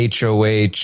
HOH